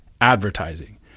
advertising